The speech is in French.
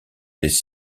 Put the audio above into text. les